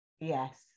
Yes